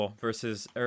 versus